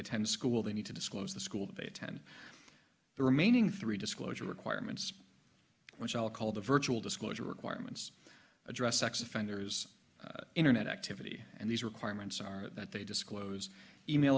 attend school they need to disclose the school of a ten the remaining three disclosure requirements which i'll call the virtual disclosure requirements address sex offenders internet activity and these requirements are that they disclose email